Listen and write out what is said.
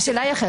השאלה היא אחרת,